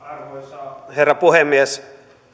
arvoisa herra puhemies